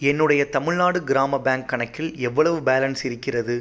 என்னுடைய தமிழ்நாடு கிராம பேங்க் கணக்கில் எவ்வளவு பேலன்ஸ் இருக்கிறது